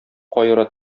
каера